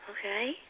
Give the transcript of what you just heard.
Okay